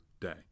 day